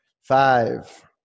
Five